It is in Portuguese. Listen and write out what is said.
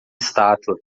estátua